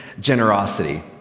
generosity